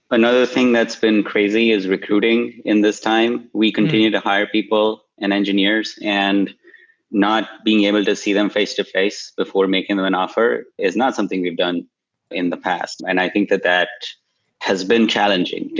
another thing that's been crazy is recruiting in this time. we continue to hire people and engineers and not being able to see them face-to-face before making them an offer is not something we've done in the past, and i think that that has been challenging.